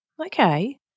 Okay